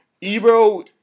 Ebro